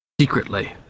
Secretly